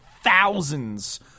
Thousands